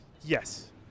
Yes